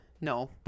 no